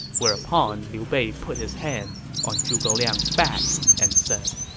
whereupon liu bei put his hand on zhuge liang's back and said,